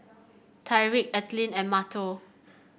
Tyrik Ethelyn and Mateo